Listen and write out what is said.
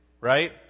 right